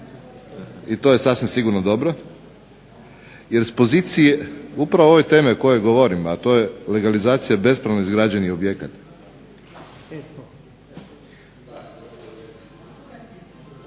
I to je sasvim sigurno dobro, jer s pozicije upravo ove teme o kojoj govorim, a to je legalizacija bespravno izgrađenih objekata.